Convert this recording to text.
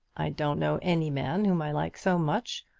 i don't know any man whom i like so much,